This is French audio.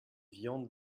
viande